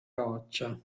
roccia